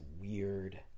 weird